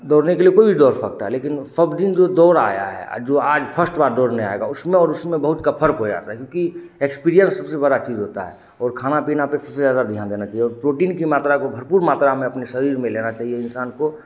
दौड़ने के लिए कोई भी दौड़ सकता है लेकिन सब दिन जो दौड़ आया है अ जो आज फस्ट बार दौड़ने आएगा उसमें और उसमें बहुत का फर्क हो जाता है क्योंकि एक्स्पीरिएंस सबसे बड़ी चीज़ होती है और खाने पीने पर सबसे ज़्यादा ध्यान देना चाहिए और प्रोटीन की मात्रा को भरपूर मात्रा में अपने शरीर में लेना चाहिए इन्सान को